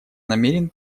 намерен